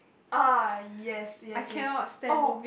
ah yes yes yes oh